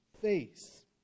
face